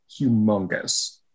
humongous